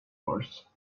course